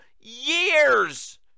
years